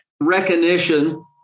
recognition